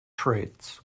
traits